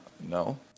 no